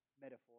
metaphor